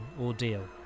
ordeal